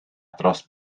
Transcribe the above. dros